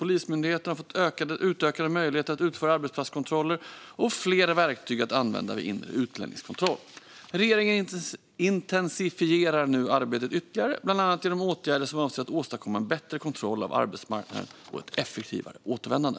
Polismyndigheten har fått utökade möjligheter att utföra arbetsplatskontroller och fler verktyg att använda vid inre utlänningskontroll. Regeringen intensifierar nu arbetet ytterligare, bland annat genom åtgärder som syftar till att åstadkomma en bättre kontroll av arbetsmarknaden och ett effektivare återvändande.